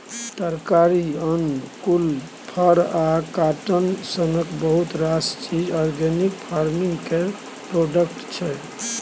तरकारी, अन्न, फुल, फर आ काँटन सनक बहुत रास चीज आर्गेनिक फार्मिंग केर प्रोडक्ट छै